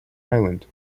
island